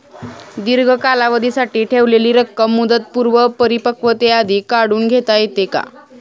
दीर्घ कालावधीसाठी ठेवलेली रक्कम मुदतपूर्व परिपक्वतेआधी काढून घेता येते का?